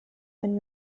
and